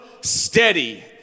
steady